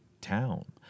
town